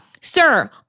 sir